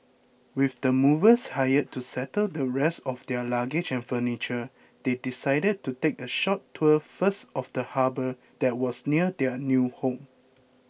with the movers hired to settle the rest of their luggage and furniture they decided to take a short tour first of the harbour that was near their new home